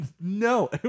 No